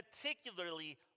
particularly